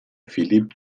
philip